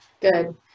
good